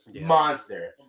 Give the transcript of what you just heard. Monster